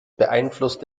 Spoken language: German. beeinflusst